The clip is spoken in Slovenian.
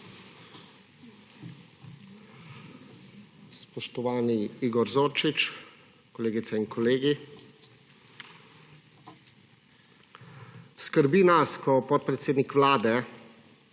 Spoštovani Igor Zorčič, kolegice in kolegi! Skrbi nas, ko podpredsednik Vlade